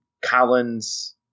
Collins